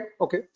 okay